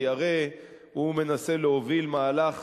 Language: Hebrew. כי הרי הוא מנסה להוביל מהלך